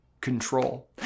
control